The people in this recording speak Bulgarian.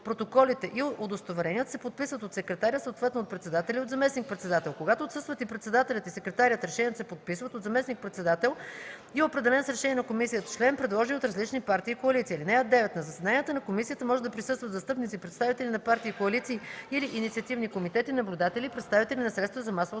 протоколите и удостоверенията се подписват от секретаря, съответно от председателя и от заместник-председател. Когато отсъстват и председателят, и секретарят, решенията се подписват от заместник-председател и определен с решение на комисията член, предложени от различни партии и коалиции. (9) На заседанията на комисията може да присъстват застъпници, представители на партии, коалиции или инициативни комитети, наблюдатели и представители на